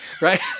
Right